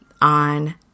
on